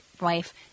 wife